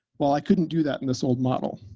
well, i couldn't do that in this old model.